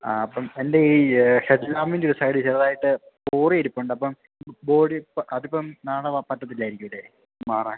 ആ അപ്പം എൻ്റെ ഈ ഹെഡ് ലാമ്പിൻ്റെ ഒരു സൈഡിൽ ചെറുതായിട്ട് പോറിയിരിപ്പുണ്ടപ്പം ബോഡി അതിപ്പം നാളെ വാ പറ്റത്തില്ലായിരിക്കും അല്ലെ മാറാൻ